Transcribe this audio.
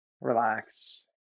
Relax